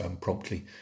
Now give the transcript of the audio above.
promptly